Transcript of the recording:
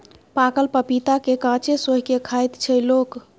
पाकल पपीता केँ कांचे सोहि के खाइत छै लोक